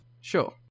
Sure